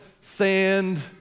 sand